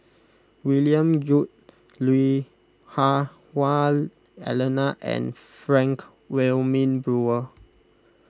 William Goode Lui Hah Wah Elena and Frank Wilmin Brewer